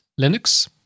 Linux